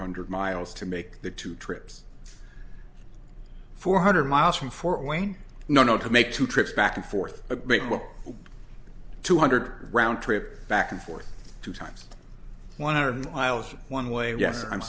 hundred miles to make the two trips four hundred miles from fort wayne no no to make two trips back and forth a great book two hundred round trip back and forth two times one hundred miles one way yes i'm